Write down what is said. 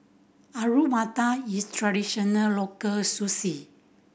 Alu Matar is a traditional local